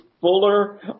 fuller